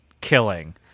killing